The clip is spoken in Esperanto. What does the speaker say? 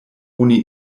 oni